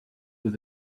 with